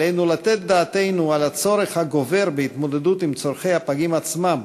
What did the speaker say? עלינו לתת דעתנו על הצורך הגובר בהתמודדות עם צורכי הפגים עצמם,